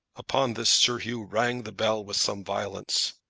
upon this, sir hugh rang the bell with some violence.